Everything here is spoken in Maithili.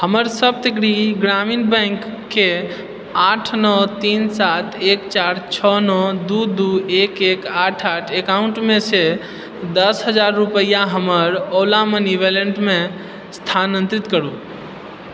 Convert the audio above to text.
हमर सप्तगिरि ग्रामीण बैंक के आठ नओ तीन सात एक चार छओ नओ दो दो एक एक आठ आठ एकाउन्टमेसँ दश हजार रुपैआ हमर ओला मनी वैलेटमे स्थानांतरित करू